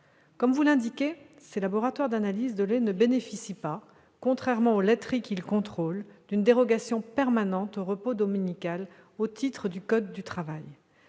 Comme vous l'indiquez, ces laboratoires d'analyse de lait ne bénéficient pas, contrairement aux laiteries qu'ils contrôlent, d'une dérogation permanente au repos dominical au titre du code du travail.